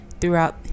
throughout